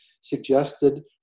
suggested